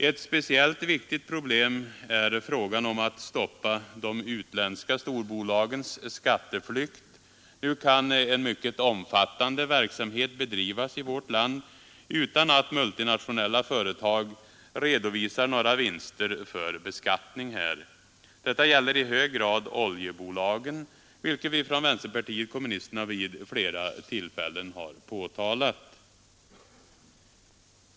Ett speciellt viktigt problem är frågan om att stoppa de utländska storbolagens skatteflykt. Nu kan en mycket omfattande verksamhet bedrivas i vårt land utan att multinationella företag redovisar några vinster för beskattning här. Detta gäller i hög grad oljebolagen, vilket vi från vänsterpartiet kommunisterna vid flera tillfällen har påtalat.